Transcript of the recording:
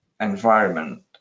environment